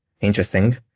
interesting